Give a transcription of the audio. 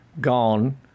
gone